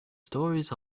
stories